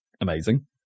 amazing